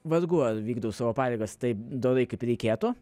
vargu ar vykdau savo pareigas taip dorai kaip reikėtų